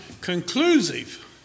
conclusive